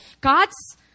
God's